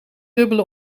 dubbele